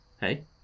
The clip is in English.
hey